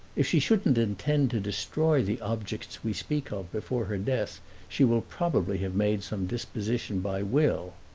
if she shouldn't intend to destroy the objects we speak of before her death she will probably have made some disposition by will.